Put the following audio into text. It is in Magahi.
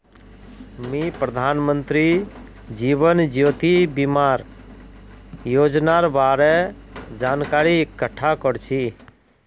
मी प्रधानमंत्री जीवन ज्योति बीमार योजनार बारे जानकारी इकट्ठा कर छी